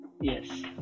yes